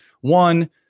one